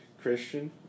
Christian